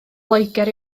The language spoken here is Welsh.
loegr